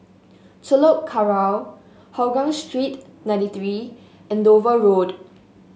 Telok Kurau Hougang Street ninety three Andover Road